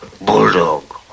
bulldog